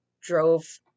drove